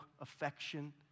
affection